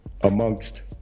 amongst